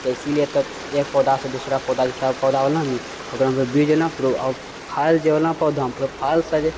तऽ इसीलिए तऽ एक पौधासँ दोसरा पौधा ओकरामे फेरो बीज एलँ फेरो फल जे होलै पौधामे फलसँ जे